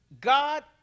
God